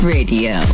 Radio